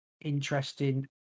interesting